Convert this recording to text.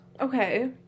Okay